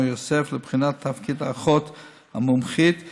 מור-יוסף לבחינת תפקיד האחות המומחית בקהילה,